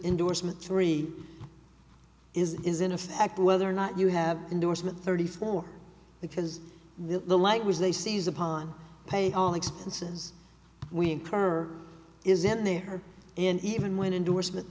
endorsement three is is in effect whether or not you have endorsement thirty four because the like which they seize upon pay all expenses we incur is in there and even when endorsement